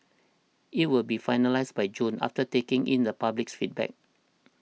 it will be finalised by June after taking in the public's feedback